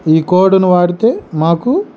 ఈ కోడును వాడితే మాకు